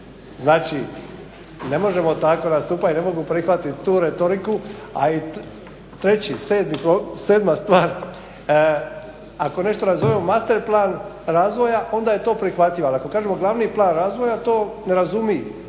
Znači, ne možemo tako nastupati i ne mogu prihvatit tu retoriku, a i treći, sedma stvar. Ako nešto nazovemo master plan razvoja onda je to prihvatljivo, ali ako kažemo glavni plan razvoja to ne razumi